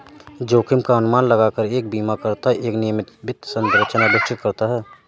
जोखिम का अनुमान लगाकर एक बीमाकर्ता एक नियमित वित्त संरचना विकसित करता है